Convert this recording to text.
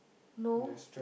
no